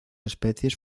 especies